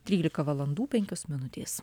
trylika valandų penkios minutės